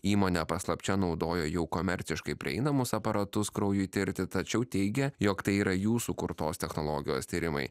įmonė paslapčia naudojo jau komerciškai prieinamus aparatus kraujui tirti tačiau teigė jog tai yra jų sukurtos technologijos tyrimai